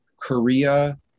Korea